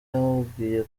yamubwiye